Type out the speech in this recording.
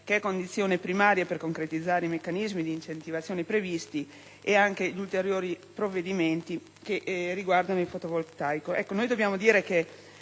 che è condizione primaria per concretizzare i meccanismi di incentivazione previsti ed anche gli ulteriori provvedimenti che riguardano il fotovoltaico.